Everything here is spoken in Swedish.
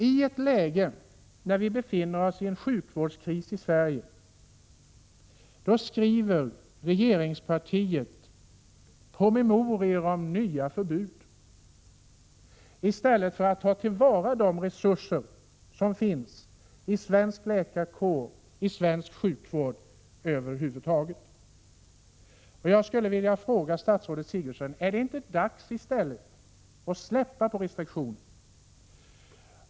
I ett läge när vi i Sverige har en sjukvårdskris skriver regeringspartiet promemorior om nya förbud i stället för att ta till vara de resurser som finns hos den svenska läkarkåren och över huvud taget inom den svenska sjukvården. Är det inte i stället, statsrådet Gertrud Sigurdsen, dags att släppa på restriktionerna?